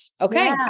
Okay